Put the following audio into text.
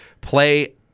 Play